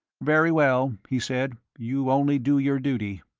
very well, he said you only do your duty.